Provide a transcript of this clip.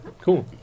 cool